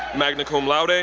magna cum laude, ah